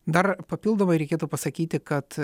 dar papildomai reikėtų pasakyti kad